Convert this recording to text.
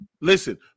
Listen